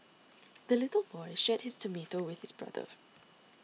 the little boy shared his tomato with his brother